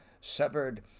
severed